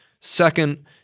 Second